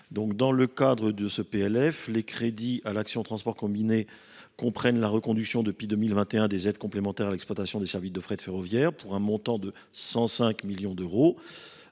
Dans le cadre du présent PLF, les crédits de l’action « Transports combinés » comprennent la reconduction depuis 2021 des aides complémentaires à l’exploitation des services de fret ferroviaire pour un montant de 105 millions d’euros.